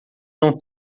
não